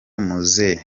muzehe